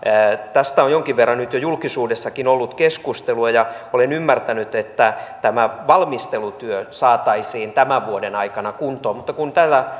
tästä on jonkin verran nyt jo julkisuudessakin ollut keskustelua ja olen ymmärtänyt että tämä valmistelutyö saataisiin tämän vuoden aikana kuntoon mutta kun